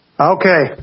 Okay